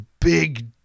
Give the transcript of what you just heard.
big